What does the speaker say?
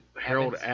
Harold –